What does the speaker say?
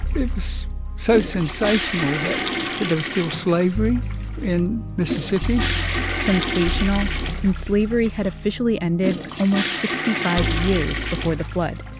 it was so sensational that that there was still slavery in mississippi sensational since slavery had officially ended almost sixty five years before the flood.